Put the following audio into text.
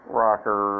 rocker